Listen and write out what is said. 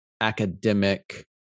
academic